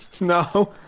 no